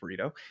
burrito